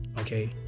Okay